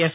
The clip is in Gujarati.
એફ